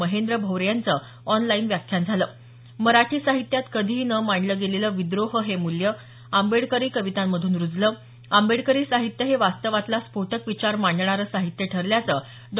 महेंद्र भवरे यांचं ऑनलाईन व्याख्यान झालं मराठी साहित्यात कधीही न मांडलं गेलेलं विद्रोह हे मूल्य आंबेडकरी कवितांमधून रुजलं आंबेडकरी साहित्य हे वास्तवातला स्फोटक विचार मांडणारं साहित्य ठरल्याचं डॉ